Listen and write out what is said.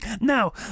Now